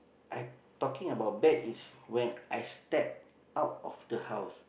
I talking about bad is when I step out of the house